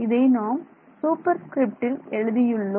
இதை நாம் சூப்பர்ஸ்கிரிப்டில் எழுதியுள்ளோம்